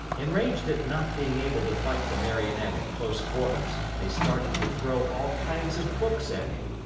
enraged at not being able to fight the marionette at close quarters, they started to throw all kinds of books at him.